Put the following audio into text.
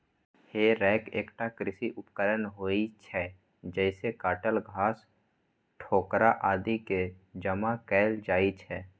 हे रैक एकटा कृषि उपकरण होइ छै, जइसे काटल घास, ठोकरा आदि कें जमा कैल जाइ छै